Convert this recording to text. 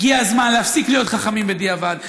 הגיע הזמן להפסיק להיות חכמים בדיעבד.